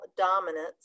dominance